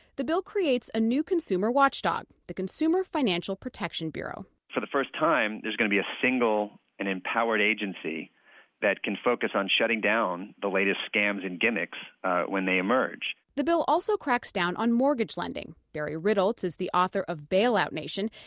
the bill creates a new consumer watchdog, the consumer financial protection bureau for the first time there's going be a single, and empowered agency that can focus on shutting down the latest scams and gimmicks when they emerge the bill also cracks down on mortgage lending. barry ritholz, is the author of bailout nation.